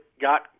got